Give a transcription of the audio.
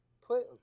put